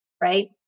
right